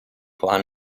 juan